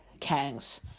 kangs